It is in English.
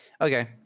okay